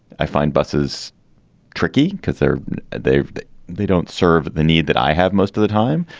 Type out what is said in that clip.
i find buses tricky because they're they they don't serve the need that i have most of the time.